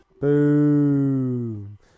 Boom